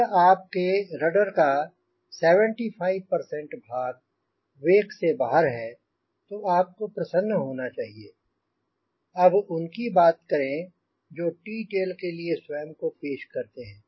अब उनकी बात करें जो टी टेल के लिए स्वयं को पेश करते हैं